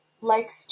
likes